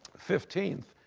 fifteenth,